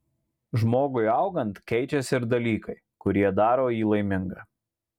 žmogui augant keičiasi ir dalykai kurie daro jį laimingą